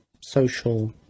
social